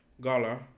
gala